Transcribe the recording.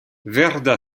verda